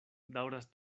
daŭras